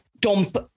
dump